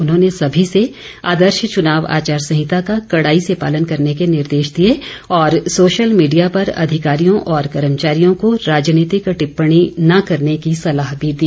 उन्होंने सभी से आदर्श चुनाव आचार संहिता का कड़ाई से पालन करने के निर्देश दिए और सोशल मीडिया पर अधिकारियों और कर्मचारियों को राजनीतिक टिप्पणी न करने की सलाह भी दी